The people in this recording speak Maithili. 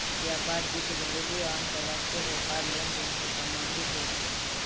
व्यापार वित्त घरेलू आ अंतरराष्ट्रीय व्यापार लेनदेन सं संबंधित होइ छै